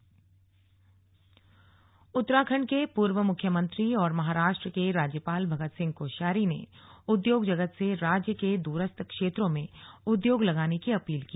slug Bhagat Singh Koshyari Uttarakhand के पूर्व मुख्यमंत्री और महाराष्ट्र के राज्यपाल भगत सिंह कोश्यारी ने उद्योग जगत से राज्य के द्रस्थ क्षेत्रों में उद्योग लगाने की अपील की